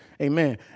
Amen